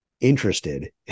interested